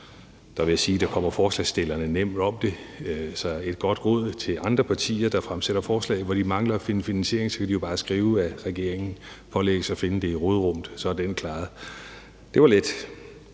Der vil jeg sige, at forslagsstillerne kommer nemt om ved det, så et godt råd til andre partier, der fremsætter forslag, hvor de mangler at finde finansiering, kan være, at de jo bare kan skrive, at regeringen pålægges at finde det i råderummet. Så er den klaret; det var let.